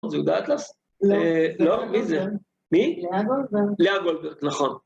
זה יהודה אטלס? לא, מי זה? מי? לאה גולדברג. לאה גולדברג, נכון.